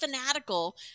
fanatical